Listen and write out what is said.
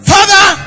Father